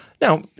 Now